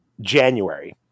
January